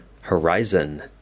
Horizon